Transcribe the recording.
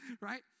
right